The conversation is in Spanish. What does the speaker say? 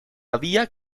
había